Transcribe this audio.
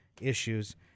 issues